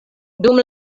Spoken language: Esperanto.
dum